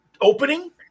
opening